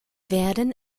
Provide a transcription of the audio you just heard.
werden